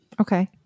Okay